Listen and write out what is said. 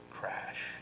crash